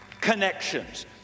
connections